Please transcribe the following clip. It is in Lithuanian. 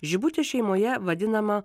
žibutė šeimoje vadinama